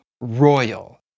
royal